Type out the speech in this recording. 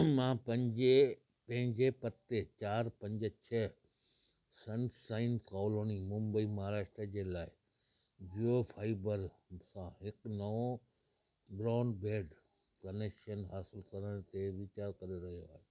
मां पंजे पंहिंजे पते चार पंज छह सनशाइन कॉलोनी मुंबई महाराष्ट्र जे लाइ जियोफाइबर सां हिकु नओं ब्रॉडबैंड कनेक्शन हासिल करण ते वीचारु करे रहियो आहियां